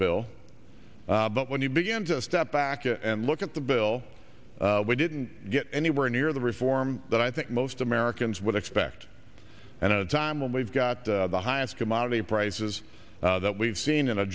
bill but when you begin to step back and look at the bill we didn't get anywhere near the reform that i think most americans would expect and at a time when we've got the highest commodity prices that we've seen in a